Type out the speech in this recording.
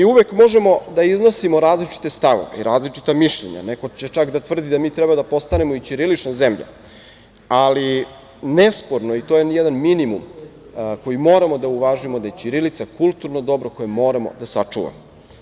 Uvek možemo da iznosimo različite stavove i različita mišljenja, neko će čak da tvrdi da mi treba da postanemo i ćirilična zemlja, ali nesporno je, i to je jedan minimum koji moramo da uvažimo, da je ćirilica kultno dobro koje moramo da sačuvamo.